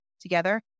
together